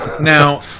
Now